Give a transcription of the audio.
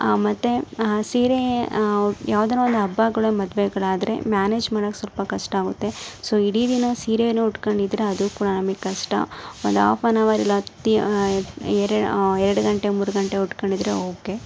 ಮತ್ತು ಸೀರೆ ಯಾವ್ದಾರ ಒಂದು ಹಬ್ಬಾಗ್ಳು ಮದ್ವೆಗಳಾದ್ರೆ ಮ್ಯಾನೇಜ್ ಮಾಡಕ್ಕೆ ಸ್ವಲ್ಪ ಕಷ್ಟ ಆಗುತ್ತೆ ಸೊ ಇಡೀ ದಿನ ಸೀರೇ ಉಟ್ಕೊಂಡಿದ್ರೆ ಅದು ಕೂಡ ನಮಗ್ ಕಷ್ಟ ಒಂದು ಆಫ್ ಆ್ಯನ್ ಅವರ್ ಇಲ್ಲ ಅತ್ತಿ ಎರೆ ಎರಡು ಗಂಟೆ ಮೂರು ಗಂಟೆ ಉಟ್ಕೊಂಡಿದ್ರೆ ಓಕೆ